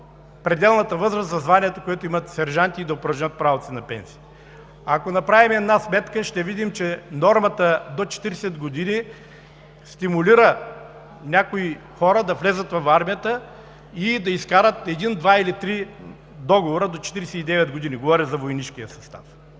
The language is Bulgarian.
пределната възраст за званието, което имат сержантите, и да упражнят правото си на пенсия. Ако направим една сметка, ще видим, че нормата до 40 години стимулира някои хора да влязат в армията и да изкарат един, два или три договора до 49 години. Говоря за войнишкия състав.